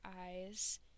eyes